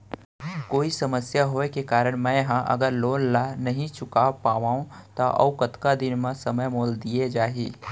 कोई समस्या होये के कारण मैं हा अगर लोन ला नही चुका पाहव त अऊ कतका दिन में समय मोल दीये जाही?